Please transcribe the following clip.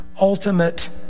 ultimate